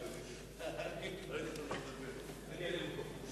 חבר הכנסת מיכאל בן-ארי יעלה במקומי.